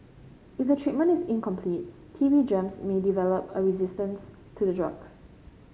if a treatment is incomplete T B germs may develop a resistance to the drugs